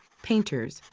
painters,